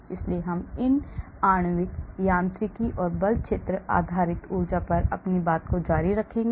इसलिए हम इन आणविक यांत्रिकी और बल क्षेत्र आधारित ऊर्जा पर अधिक जारी रखेंगे